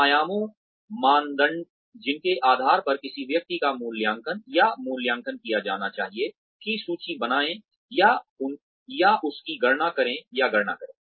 उन आयामों मानदंड जिनके आधार पर किसी व्यक्ति का मूल्यांकन या मूल्यांकन किया जाना चाहिए की सूची बनाएं या उसकी गणना करें या गणना करें